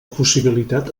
possibilitat